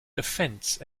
offense